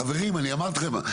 חברים אני אמרתי לכם,